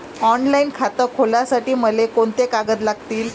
Online खातं खोलासाठी मले कोंते कागद लागतील?